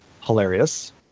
hilarious